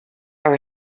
are